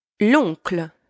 L'oncle